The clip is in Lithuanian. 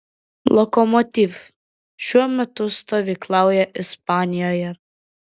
lokomotiv šiuo metu stovyklauja ispanijoje